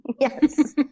Yes